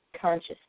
conscious